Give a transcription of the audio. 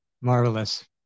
Marvelous